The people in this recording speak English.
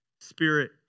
Spirit